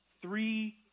Three